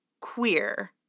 queer